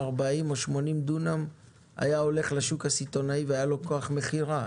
40 או 80 דונם היה הולך לשוק הסיטונאי והיה לו כוח מכירה.